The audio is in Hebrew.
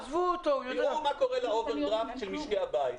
תראו מה קורה לאובר דרפט של משקי הבית.